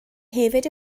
hefyd